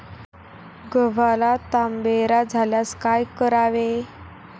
गव्हाला तांबेरा झाल्यास काय करावे?